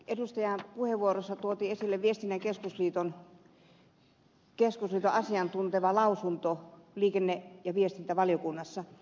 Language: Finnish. edustajan puheenvuorossa tuotiin esille viestinnän keskusliiton asiantunteva lausunto liikenne ja viestintävaliokunnassa